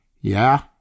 Yeah